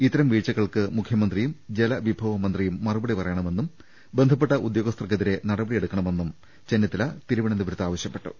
ഇത്തരം വീഴ്ചകൾക്ക് മുഖ്യമ ന്ത്രിയും ജലവിഭവ മന്ത്രിയും മറുപടി പറയണമെന്നും ബന്ധപ്പെട്ട ഉദ്യോഗസ്ഥർക്കെതിരെ നടപടിയെടുക്കണ മെന്നും ചെന്നിത്തല തിരുവനന്തപുരത്ത് ആവശ്യപ്പെട്ടു